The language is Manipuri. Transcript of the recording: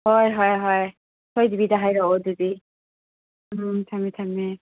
ꯍꯣꯏ ꯍꯣꯏ ꯍꯣꯏ ꯁꯣꯏꯗꯕꯤꯗ ꯍꯥꯏꯔꯛꯑꯣ ꯑꯗꯨꯗꯤ ꯎꯝ ꯊꯝꯃꯦ ꯊꯝꯃꯦ